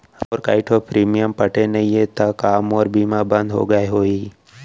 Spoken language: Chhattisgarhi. मोर कई ठो प्रीमियम पटे नई हे ता का मोर बीमा बंद हो गए होही?